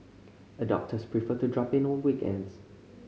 adopters prefer to drop in on weekends